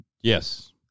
Yes